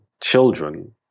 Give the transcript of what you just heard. children